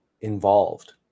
involved